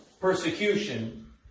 persecution